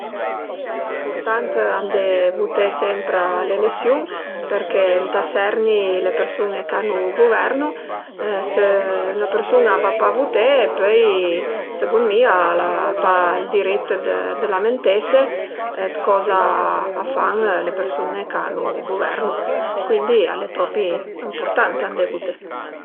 Si al e ëmpurtant andé vuté sempre a l'elesiun përché ëntà serni le persun-e ch'a nu guvernu, së 'na persun-a a va pa vuté, pöi sëgunt mi al a pa ël dirit dë lamentese dë coza a fan le persun-e ch'a nu guvernu, cuindi al e propi ëmpurtant andé vuté